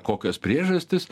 kokios priežastys